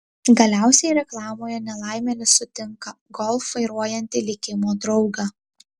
galiausiai reklamoje nelaimėlis sutinka golf vairuojantį likimo draugą